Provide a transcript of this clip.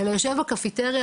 אלא יושב בקפיטריה,